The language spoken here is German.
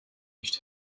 nicht